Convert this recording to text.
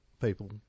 People